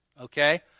Okay